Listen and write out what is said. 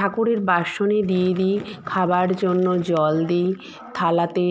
ঠাকুরের বাসনে দিয়ে দিই খাবার জন্য জল দিই থালাতে